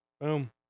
Boom